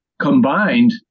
combined